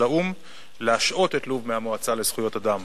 האו"ם להשעות את לוב ממועצת זכויות האדם.